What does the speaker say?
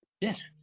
Yes